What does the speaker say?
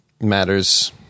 matters